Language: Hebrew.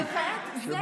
אבל כעת זה ההסדר.